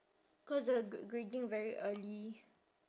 cause the ge~ grading very early